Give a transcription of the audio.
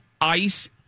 ice